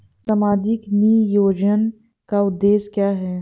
सामाजिक नियोजन का उद्देश्य क्या है?